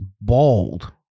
bald